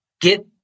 get